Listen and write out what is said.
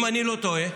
אם אני לא טועה,